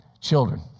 children